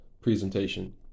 presentation